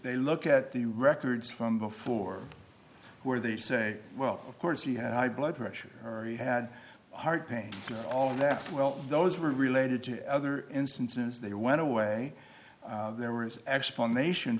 they look at the records from before where they say well of course he had high blood pressure or he had heart pain all that well those were related to other instances they went away there was an explanation